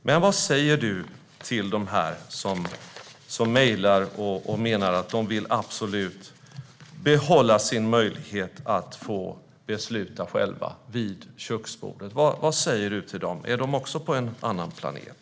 Men vad säger du till dem som mejlar och absolut vill behålla sin möjlighet att besluta själva vid köksbordet? Är de också på en annan planet?